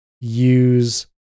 use